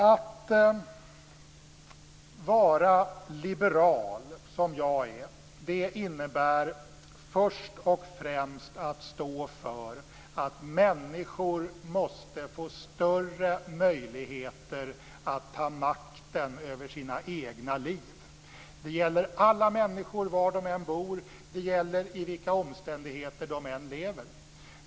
Att vara liberal, som jag är, innebär först och främst att stå för att människor måste få större möjligheter att ta makten över sina egna liv. Det gäller alla människor, var de än bor och i vilka omständigheter de än lever.